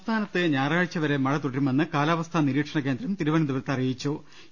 സംസ്ഥാനത്ത് ഞായറാഴ്ച വരെ മഴ തുടരുമെന്ന് കാലാവസ്ഥാ നിരീക്ഷണകേന്ദ്രം തിരുവനന്തപുരത്ത് അറിയിച്ചു